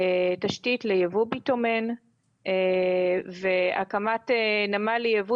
תשתית לייבוא ביטומן והקמת נמל לייבוא